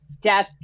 death